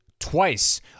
Twice